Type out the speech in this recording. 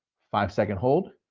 five second hold,